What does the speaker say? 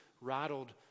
rattled